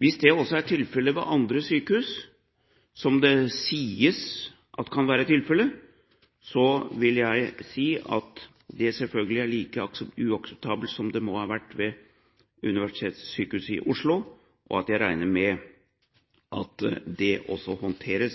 Hvis det også er tilfellet ved andre sykehus, som det sies at det kan være, vil jeg si at det selvfølgelig er like uakseptabelt som det må ha vært ved Oslo universitetssykehus, og at jeg regner med at det også håndteres